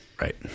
right